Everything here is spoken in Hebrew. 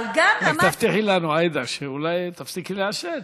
רק תבטיחי לנו, עאידה, שאולי תפסיקי לעשן.